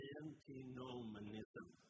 antinomianism